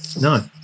No